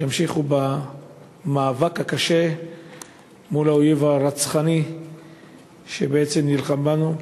שימשיכו במאבק הקשה מול האויב הרצחני שנלחם בנו.